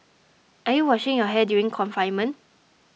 are you washing your hair during confinement